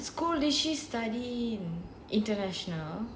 what kind of school did she study in international